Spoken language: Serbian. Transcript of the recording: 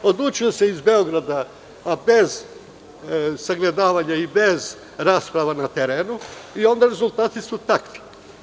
Odlučilo se iz Beograda, a bez sagledavanja i bez rasprava na terenu, onda su rezultati takvi.